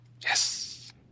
Yes